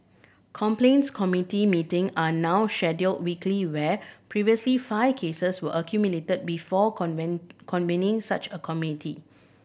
complaints committee meeting are now scheduled weekly where previously five cases were accumulated before convening such a community